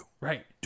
Right